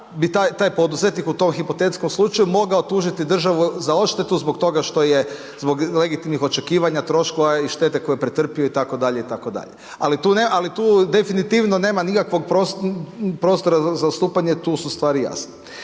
bi taj poduzetnik u tom hipotetskom slučaju mogao tužiti državu za odštetu zbog toga što je, zbog legitimnih očekivanja troškova i štete koju je pretrpio itd. itd. Ali tu definitivno nema nikakvog prostora za odstupanje, tu su stvari jasne.